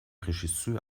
regisseur